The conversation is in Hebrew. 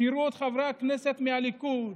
תראו את חברי הכנסת מהליכוד,